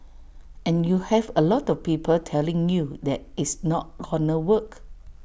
and you have A lot of people telling you that it's not gonna work